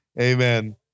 Amen